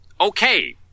okay